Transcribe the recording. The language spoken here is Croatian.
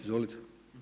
Izvolite.